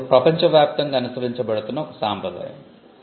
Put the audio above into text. ఇది ప్రపంచవ్యాప్తంగా అనుసరించబడుతున్న ఒక సాంప్రదాయం